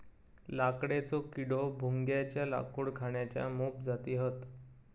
लाकडेचो किडो, भुंग्याच्या लाकूड खाण्याच्या मोप जाती हत